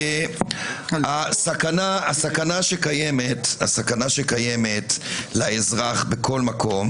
הסכנה שקיימת לאזרח בכל מקום,